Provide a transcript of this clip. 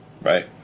Right